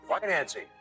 financing